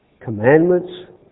commandments